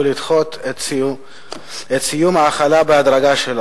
ולדחות את סיום החלתו בהדרגה.